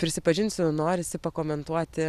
prisipažinsiu norisi pakomentuoti